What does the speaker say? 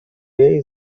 jej